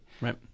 Right